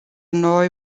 noi